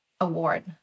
award